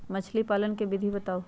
मछली पालन के विधि बताऊँ?